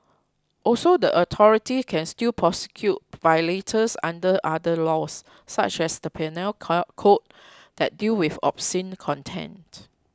also the authorities can still prosecute violators under other laws such as the Penal Code that deal with obscene content